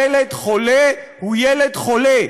ילד חולה הוא ילד חולה,